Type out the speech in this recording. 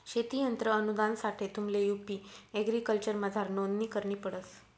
शेती यंत्र अनुदानसाठे तुम्हले यु.पी एग्रीकल्चरमझार नोंदणी करणी पडस